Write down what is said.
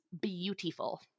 beautiful